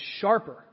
sharper